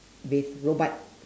with robot